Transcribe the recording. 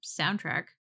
soundtrack